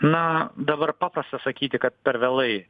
na dabar paprasta sakyti kad per vėlai